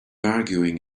arguing